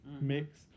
mix